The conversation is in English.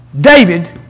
David